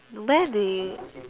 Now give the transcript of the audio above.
where do you